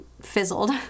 fizzled